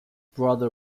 brother